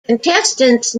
contestants